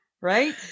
Right